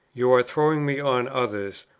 you are throwing me on others,